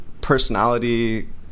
personality